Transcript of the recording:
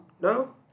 No